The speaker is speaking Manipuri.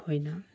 ꯑꯩꯈꯣꯏꯅ